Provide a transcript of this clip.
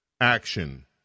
action